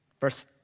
verse